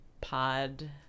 Pod